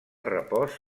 repòs